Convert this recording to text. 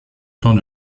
temps